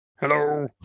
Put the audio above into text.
Hello